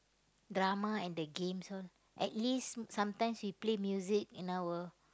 drama and the games all at least sometimes we play music in our